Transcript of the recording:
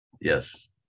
Yes